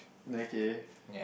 okay